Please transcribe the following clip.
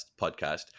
podcast